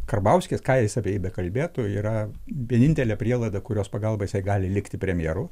karbauskis ką jis apie jį bekalbėtų yra vienintelė prielaida kurios pagalba jisai gali likti premjeru